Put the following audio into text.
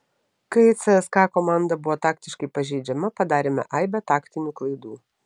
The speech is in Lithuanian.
kai cska komanda buvo taktiškai pažeidžiama padarėme aibę taktinių klaidų